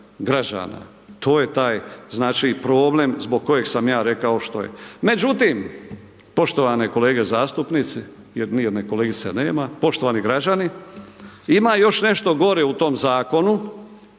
To je taj znači problem zbog kojeg sam ja rekao što je. Međutim, poštovane kolege zastupnici jer ni jedne kolegice nema, poštovani građani ima još nešto gore u tom zakonu,